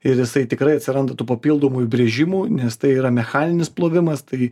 ir jisai tikrai atsiranda tų papildomų įbrėžimų nes tai yra mechaninis plovimas tai